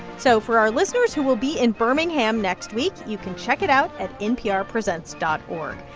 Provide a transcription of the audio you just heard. so for our listeners who will be in birmingham next week, you can check it out at nprpresents dot org.